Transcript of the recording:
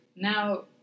Now